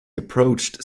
approached